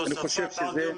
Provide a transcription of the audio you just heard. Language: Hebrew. אפשרי הוספת עוד יום